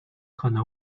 可能